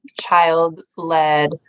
child-led